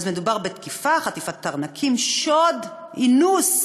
אז מדובר בתקיפה, חטיפת ארנקים, שוד, אינוס,